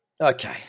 okay